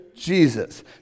Jesus